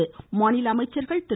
இதில் மாநில அமைச்சர்கள் திரு